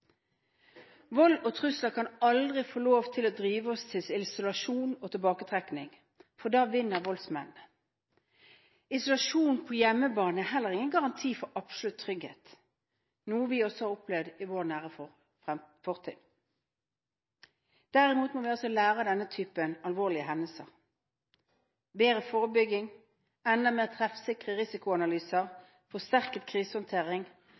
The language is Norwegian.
Vold og trusler kan aldri få lov til å drive oss til isolasjon og tilbaketrekning, for da vinner voldsmennene. Isolasjon på hjemmebane er heller ingen garanti for absolutt trygghet, noe vi også har opplevd i vår nære fortid. Derimot må vi lære av denne typen alvorlige hendelser: bedre forebygging, enda mer treffsikre risikoanalyser, forsterket krisehåndtering